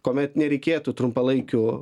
kuomet nereikėtų trumpalaikių